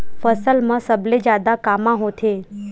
फसल मा सबले जादा कामा होथे?